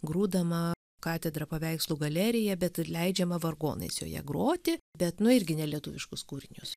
grūdama katedra paveikslų galerija bet ir leidžiama vargonais joje groti bet nu irgi nelietuviškus kūrinius